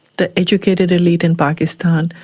the educated elite in pakistan,